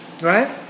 right